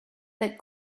that